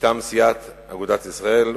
מטעם סיעת אגודת ישראל,